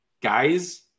guys